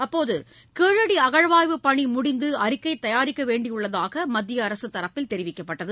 அப்போதுகீழடிஅகழாய்வுப் பணிமுடிந்துஅறிக்கைதயாரிக்கவேண்டியுள்ளதாகமத்தியஅரசுதரப்பில் தெரிவிக்கப்பட்டது